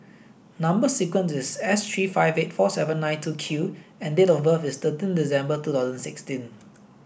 number sequence is S three five eight four seven nine two Q and date of birth is thirteen December two thousand sixteen